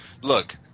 look